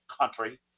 country